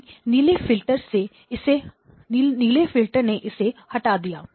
क्योंकि नीले फिल्टर ने इसे हटा दिया